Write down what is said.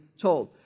told